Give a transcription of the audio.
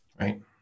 right